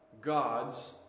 God's